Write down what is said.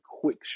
quick